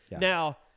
Now